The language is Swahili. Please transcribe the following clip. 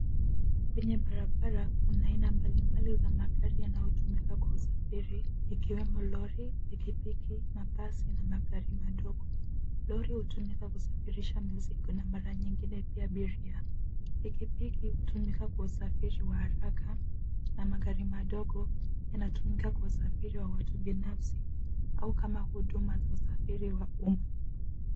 Kwenye barabara kuna aina mbalimbali za magari yanayotumika kwa usafiri, ikiwemo lori, pikipiki, mabasi na magari madogo. Lori hutumika kusafirisha mizigo na mara nyingine pia abiria. Pikipiki hutumika kwa usafiri wa haraka na magari madogo yanatumika kwa usafiri wa watu binafsi au kama huduma za usafiri wa umma.